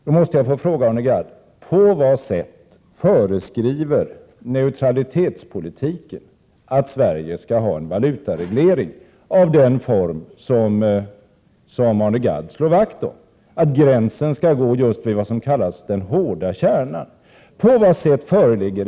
Jag måste då få fråga honom: På vad sätt föreskriver neutralitetspolitiken att Sverige skall ha en valutaregleringav Prot. 1987/88:114 den form som Arne Gadd slår vakt om, att gränsen skall gå just vid vad som 4 maj 1988 kallas den hårda kärnan?